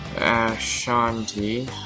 Ashanti